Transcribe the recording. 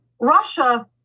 Russia